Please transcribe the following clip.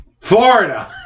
Florida